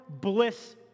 bliss